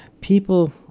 People